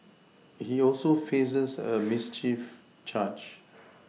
he also faces a mischief charge